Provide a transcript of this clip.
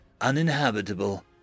uninhabitable